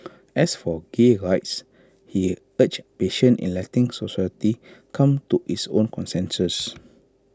as for gay rights he urged patient in letting society come to its own consensus